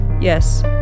Yes